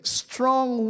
strong